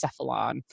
cephalon